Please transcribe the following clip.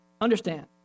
Understand